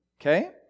Okay